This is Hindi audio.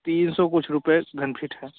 तीन सौ कुछ रुपये घन फिट है